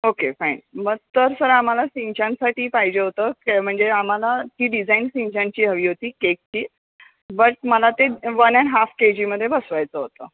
okay fine मग तर sir आम्हाला सिंचनसाठी पाहिजे होतं म्हणजे आम्हाला ती डिझाईन सिंचनची हवी होती केकची बट मला ते वन अँड हाफ केजीमध्ये बसवायचं होतं